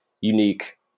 unique